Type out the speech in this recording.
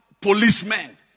policemen